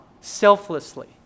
selflessly